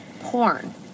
porn